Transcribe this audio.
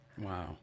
wow